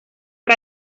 que